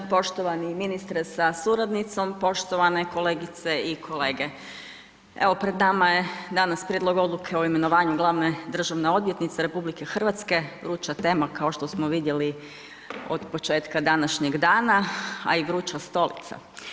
Poštovani ministre sa suradnicom, poštovane kolegice i kolege, evo pred nama je danas Prijedlog Odluke o imenovanju glavne državne odvjetnice RH, vruća tema kao što smo vidjeli od početka današnjeg dana, a i vruća stolica.